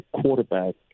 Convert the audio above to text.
quarterback